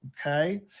Okay